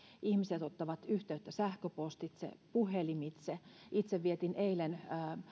ihmiset ottavat yhteyttä sähköpostitse puhelimitse itse vietin eilen